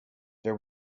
there